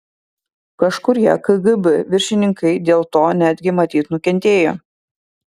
kažkurie kgb viršininkai dėl to netgi matyt nukentėjo